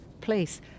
place